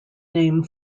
name